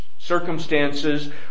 Circumstances